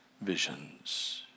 visions